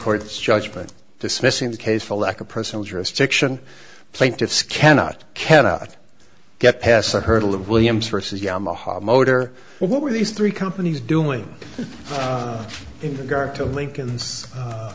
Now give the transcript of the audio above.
court's judgment dismissing the case for lack of personal jurisdiction plaintiffs cannot cannot get past the hurdle of williams versus yamaha motor what were these three companies doing to lincoln's